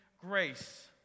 grace